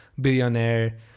billionaire